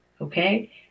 Okay